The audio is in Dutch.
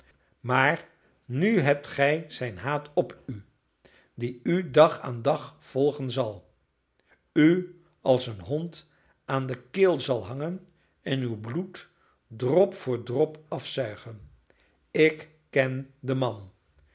maar nu hebt gij zijn haat op u die u dag aan dag volgen zal u als een hond aan de keel zal hangen en uw bloed drop voor drop afzuigen ik ken den man